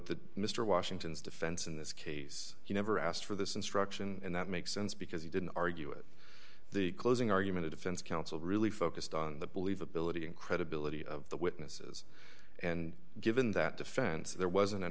that mr washington's defense in this case he never asked for this instruction and that makes sense because he didn't argue with the closing argument a defense counsel really focused on the believability and credibility of the witnesses and given that defense there was